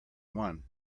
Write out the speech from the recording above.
one